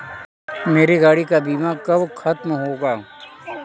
मेरे गाड़ी का बीमा कब खत्म होगा?